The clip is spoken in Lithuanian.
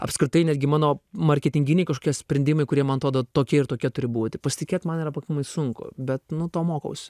apskritai netgi mano marketinginiai kažkokie sprendimai kurie man atrodo tokie ir tokie turi būti pasitikėt man yra pakankamai sunku bet nu to mokaus